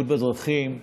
חכים חאג'